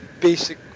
basic